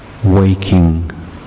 waking